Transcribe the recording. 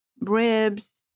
ribs